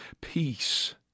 peace